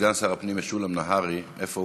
סגן שר הפנים משולם נהרי ישיב